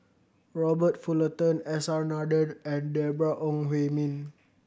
Robert Fullerton S R Nathan and Deborah Ong Hui Min